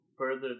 further